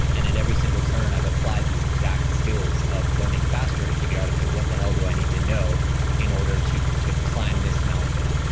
and at every single turn, i've applied these exact skills of learning faster to figure out, okay. what the hell do i need to know in order to to climb this mountain?